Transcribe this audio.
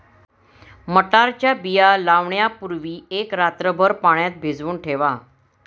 मटारच्या बिया लावण्यापूर्वी एक रात्रभर पाण्यात भिजवून ठेवा